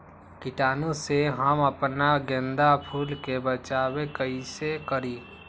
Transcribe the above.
कीटाणु से हम अपना गेंदा फूल के बचाओ कई से करी?